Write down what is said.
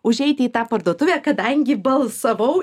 užeiti į tą parduotuvę kadangi balsavau